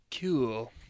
Cool